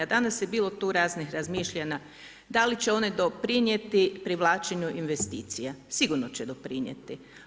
Danas je bilo tu raznih razmišljanja da li će one doprinijeti privlačenju investicija, sigurno će doprinijeti.